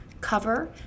cover